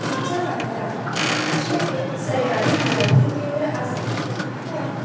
आमच्या वाठारान अशें एक सरकारी भलायकी केंद्र आसा पूण